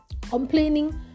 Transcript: complaining